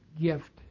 gift